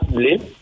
blame